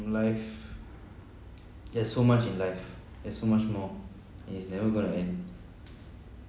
in life there's so much in life there's so much more and it's never gonna end